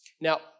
Now